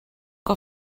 que